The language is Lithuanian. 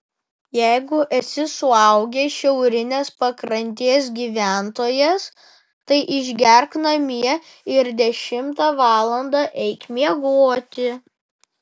jeigu esi suaugęs šiaurinės pakrantės gyventojas tai išgerk namie ir dešimtą valandą eik miegoti